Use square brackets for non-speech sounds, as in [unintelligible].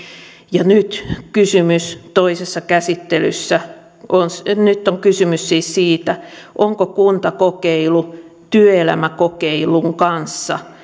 ja nyt toisessa käsittelyssä on kysymys siis siitä onko kuntakokeilu työelämäkokeilun kanssa [unintelligible]